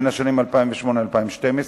השנים 2008 2012,